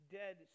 dead